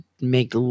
make